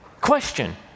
question